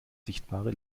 sichtbare